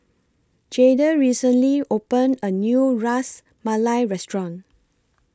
Jayde recently opened A New Ras Malai Restaurant